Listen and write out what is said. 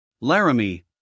Laramie